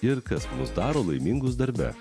ir kas mus daro laimingus darbe